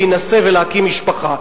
להינשא ולהקים משפחה,